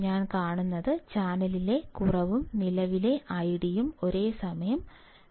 ഞാൻ കാണുന്നത് ചാനലിലെ കുറവും നിലവിലെ ഐഡിയും ഒരേസമയം കുറയും